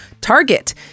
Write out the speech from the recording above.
Target